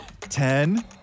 Ten